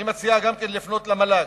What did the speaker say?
אני גם מציע לפנות למל"ג,